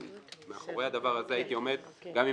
אני מאחורי הדבר הזה הייתי עומד גם אם